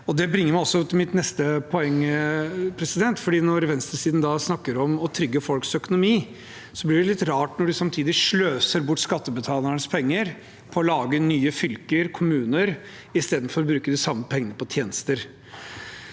Det bringer meg til mitt neste poeng: Når venstresiden snakker om å trygge folks økonomi, blir det litt rart når de samtidig sløser bort skattebetalernes penger på å lage nye fylker og kommuner, istedenfor å bruke de samme pengene på tjenester.